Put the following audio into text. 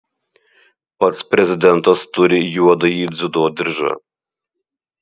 pats prezidentas turi juodąjį dziudo diržą